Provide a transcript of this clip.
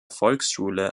volksschule